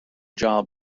job